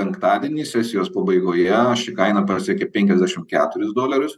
penktadienį sesijos pabaigoje ši kaina pasiekė penkiasdešim keturis dolerius